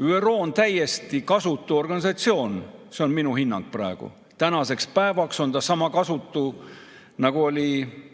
ÜRO on täiesti kasutu organisatsioon. See on minu hinnang praegu. Tänaseks päevaks on ta sama kasutu, nagu oli